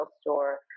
store